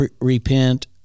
repent